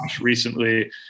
recently